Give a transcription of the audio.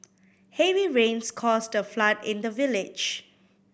heavy rains caused a flood in the village